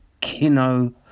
Kino